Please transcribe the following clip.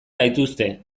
gaituzte